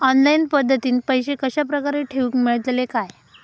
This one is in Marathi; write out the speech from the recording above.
ऑनलाइन पद्धतीन पैसे कश्या प्रकारे ठेऊक मेळतले काय?